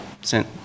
sent